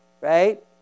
Right